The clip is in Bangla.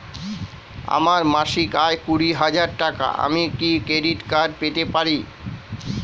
আমার মাসিক আয় কুড়ি হাজার টাকা আমি কি ক্রেডিট কার্ড পেতে পারি?